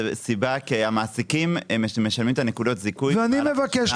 כי המעסיקים משלמים את נקודות הזיכוי במהלך השנה --- ואני מבקש,